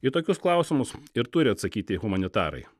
į tokius klausimus ir turi atsakyti humanitarai